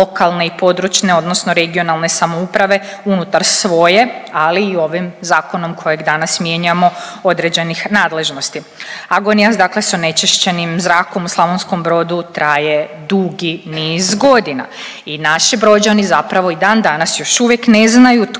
lokalne i područne, odnosno regionalne samouprave unutar svoje ali i ovim zakonom kojeg danas mijenjamo određenih nadležnosti. Agonija dakle sa onečišćenim zrakom u Slavonskom Brodu traje dugi niz godina i naši Brođani zapravo i dan danas još uvijek ne znaju tko